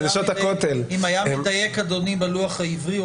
אם היה מדייק אדוני בלוח העברי,